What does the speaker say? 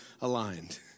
aligned